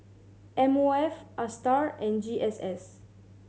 M O F Astar and G S S